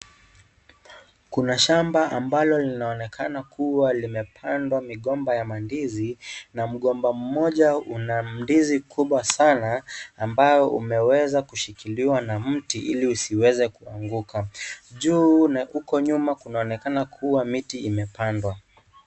Kuna shamba ambalo linaonekana kuwa limepandwa migomba ya ndizi na mgomba moja una ndizi kubwa sana ambayo umeweza kushikiliwa na mti ili isiweze kuanguka, juu na huko nyuma kunaonekana kuwa miti imepandwa.